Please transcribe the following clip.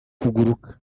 kuguruka